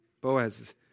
Boaz